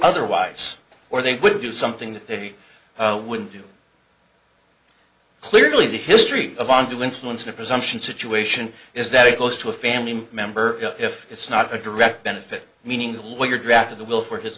otherwise or they would do something that they wouldn't do clearly the history of on to influence in a presumption situation is that it goes to a family member if it's not a direct benefit meaning the way you're drafted the will for his